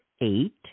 eight